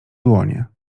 dłonie